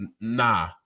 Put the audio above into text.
nah